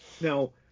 Now